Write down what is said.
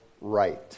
right